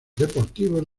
deportivos